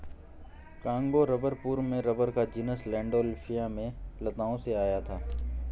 Congo rubber पूर्व में rubber का जीनस लैंडोल्फिया में लताओं से आया था